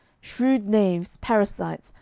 shrewd knaves, parasites,